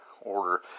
order